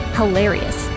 hilarious